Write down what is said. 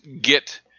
get